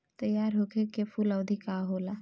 तैयार होखे के कूल अवधि का होला?